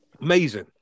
Amazing